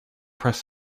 press